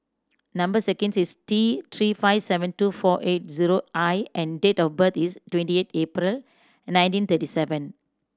number sequence is T Three five seven two four eight zero I and date of birth is twenty eight April nineteen thirty seven